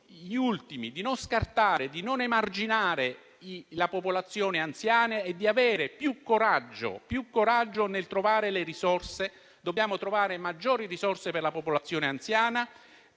gli ultimi, di non scartare, di non emarginare la popolazione anziana e di avere più coraggio nel trovare le risorse. Dobbiamo trovare maggiori risorse per la popolazione anziana,